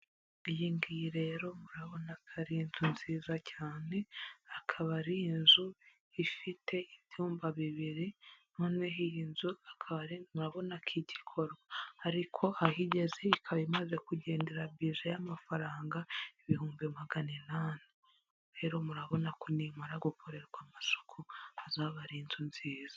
Iyi ngiyi rero urabona ko ari inzu nziza cyane, akaba ari inzu ifite ibyumba bibiri noneho iyi nzu akaba ari murabona ko igikorwa, ariko aho igeze ikaba imaze kugendera bije y'amafaranga ibihumbi magana inani, rero murabona ko nimara gukorerwa amasuku izaba ari inzu nziza.